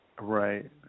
Right